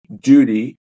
duty